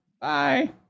Bye